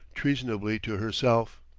treasonably to herself.